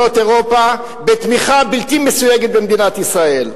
מדינות אירופה בתמיכה בלתי מסויגת במדינת ישראל,